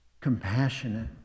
compassionate